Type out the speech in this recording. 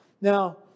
Now